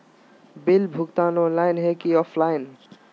Bill भुगतान online है की ऑफलाइन?